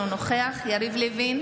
אינו נוכח יריב לוין,